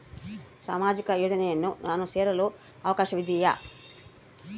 ಸಾಮಾಜಿಕ ಯೋಜನೆಯನ್ನು ನಾನು ಸೇರಲು ಅವಕಾಶವಿದೆಯಾ?